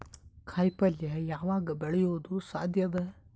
ಕಾಯಿಪಲ್ಯ ಯಾವಗ್ ಬೆಳಿಯೋದು ಸಾಧ್ಯ ಅದ?